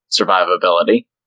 survivability